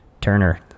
Turner